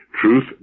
Truth